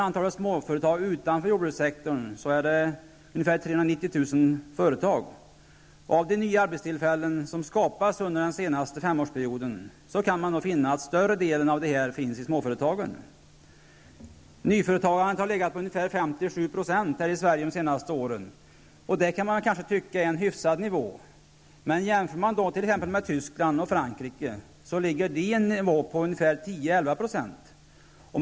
Antalet småföretag utanför jordbrukssektorn är ungefär 390 000. Av de nya arbetstillfällen som har skapats under den senaste femårsperioden kan man finna att större delen finns i småföretagen. Nyföretagandet har legat på 5--7 % i Sverige de senaste åren. Det kan man kanske tycka är en hyfsad nivå, om man inte jämför med t.ex. Tyskland och Frankrike, som har en nivå på 10-- 11 %.